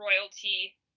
Royalty